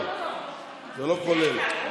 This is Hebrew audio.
זה לא כולל.